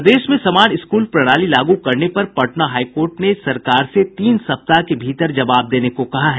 प्रदेश में समान स्कूल प्रणाली लागू करने पर पटना हाई कोर्ट ने सरकार से तीन सप्ताह के भीतर जवाब देने को कहा है